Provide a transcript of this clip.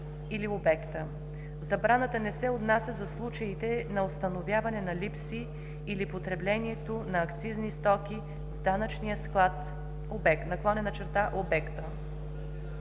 или обекта. Забраната не се отнася за случаите на установяване на липси или потреблението на акцизни стоки в данъчния склад/обекта.“